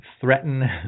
threaten